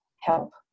help